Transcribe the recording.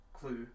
clue